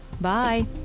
Bye